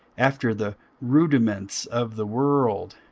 after the rudiments of the world,